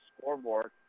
scoreboard